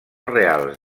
reals